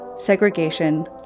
Segregation